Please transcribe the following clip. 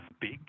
big